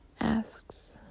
asks